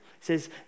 says